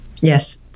yes